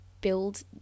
build